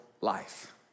life